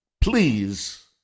please